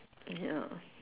ya